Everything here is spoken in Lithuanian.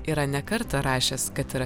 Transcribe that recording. yra ne kartą rašęs kad yra